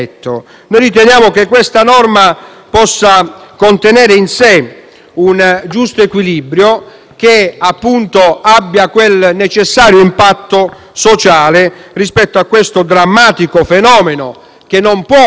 possa contenere in sé un giusto equilibrio e abbia il necessario impatto sociale rispetto a un drammatico fenomeno, che non può richiedere altra attesa